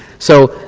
so,